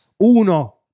Uno